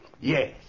Yes